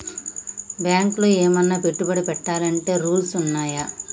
బ్యాంకులో ఏమన్నా పెట్టుబడి పెట్టాలంటే రూల్స్ ఉన్నయా?